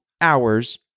hours